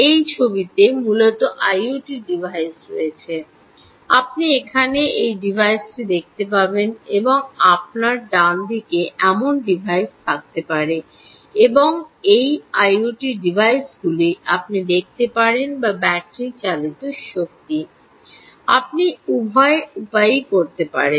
এই ছবিতে মূলত আইওটি ডিভাইস রয়েছে আপনি এখানে এই ডিভাইসটি দেখতে পাবেন এবং আপনার ডানদিকে এমন ডিভাইস থাকতে পারে এবং এই আইওটি ডিভাইসগুলি আপনি দেখতে পারেন বা ব্যাটারি চালিত বা শক্তি আপনি উভয় উপায়েই করতে পারেন